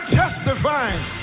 testifying